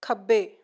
ਖੱਬੇ